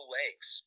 legs